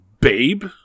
babe